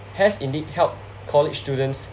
has indeed help college students